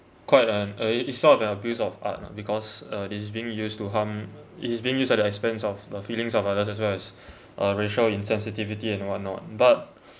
quite an a sort of the abuse of art lah because uh it's being used to harm it's being used at the expense of the feelings of others as well as uh racial insensitivity and what not but